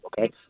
okay